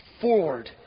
forward